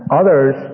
others